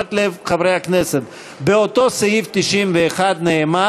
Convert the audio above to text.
תשומת לב חברי הכנסת: באותו סעיף 91 נאמר